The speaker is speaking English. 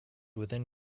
within